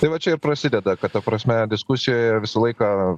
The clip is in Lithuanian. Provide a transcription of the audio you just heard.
tai va čia ir prasideda kad ta prasme diskusijoje visą laiką